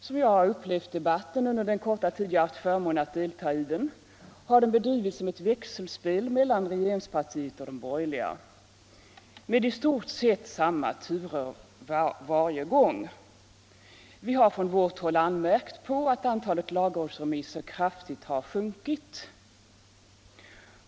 Som jag har upplevt debatten under den korta tid jag haft förmånen att delta i den, har den bedrivits som ett växelspel mellan regeringspartiet och de borgerliga med i stort sett samma turer varje gång. Vi har från vårt håll anmärkt på att antalet lagrådsremisser kraftigt har sjunkit.